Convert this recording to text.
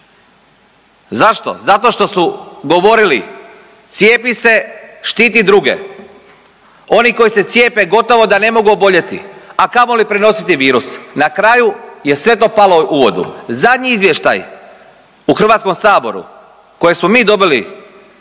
Zašto? Zato što su govorili cijepi se, štiti druge, oni koji se gotovo da ne mogu oboljeti, a kamoli prenositi viruse. Na kraju je sve to palo u vodu. Zadnji izvještaj u Hrvatskom saboru koje smo mi dobili